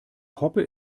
hoppe